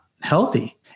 healthy